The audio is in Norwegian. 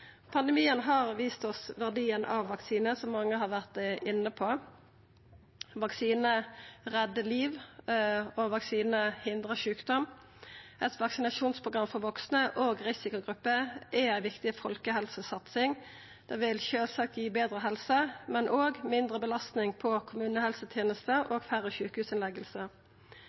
Pandemien har vist oss verdien av vaksinar, som mange har vore inne på. Vaksinar reddar liv, og vaksinar hindrar sjukdom. Eit vaksinasjonsprogram for vaksne og risikogrupper er ei viktig folkehelsesatsing. Det vil sjølvsagt gi betre helse, men også mindre belastning på kommunehelsetenester og færre